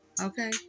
Okay